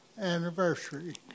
anniversary